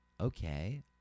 okay